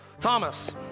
Thomas